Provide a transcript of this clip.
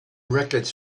records